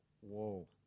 Whoa